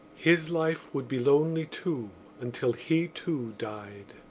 his life would be lonely too until he, too, died,